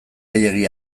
gehiegi